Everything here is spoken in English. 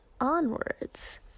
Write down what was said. onwards